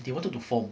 they wanted to form